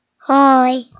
Hi